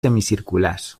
semicirculars